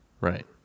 Right